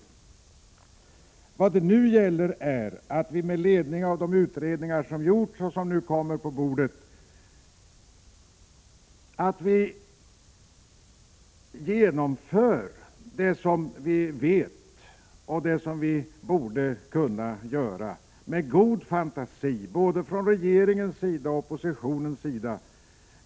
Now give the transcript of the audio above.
Nu gäller det både för regeringen och för oppositionen att med ledning av de utredningar som gjorts och som kommer på bordet att med god fantasi genomföra vad som bör genomföras.